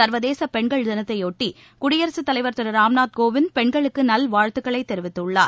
சர்வதேச பெண்கள் தினத்தைபொட்டி குடியரசுத்தலைவர் திரு ராம் நாத் கோவிந்த் பெண்களுக்கு நல்வாழ்த்துக்களை தெரிவித்துள்ளார்